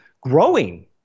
growing